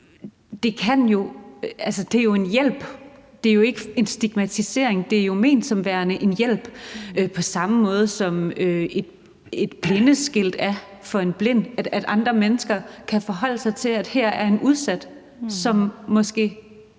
det er en hjælp; det er jo ikke en stigmatisering. Det er ment som værende en hjælp på samme måde, som et blindeskilt er det for en blind, altså at andre mennesker kan forholde sig til, at der her er en udsat, som der